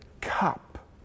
cup